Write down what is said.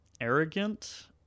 arrogant